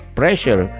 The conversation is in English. pressure